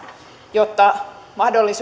jotta mahdollisuuksien tasa